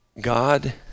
God